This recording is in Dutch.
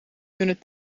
kunnen